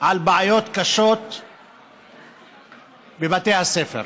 על בעיות קשות בבתי הספר.